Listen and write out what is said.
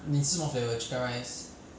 milo